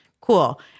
Cool